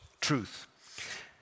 truth